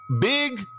big